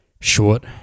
short